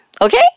Okay